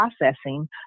processing